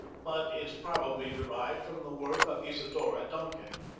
but is probably derived from the work of isadora duncan.